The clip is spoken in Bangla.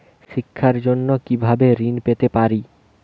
শিক্ষার জন্য কি ভাবে ঋণ পেতে পারি?